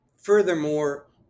Furthermore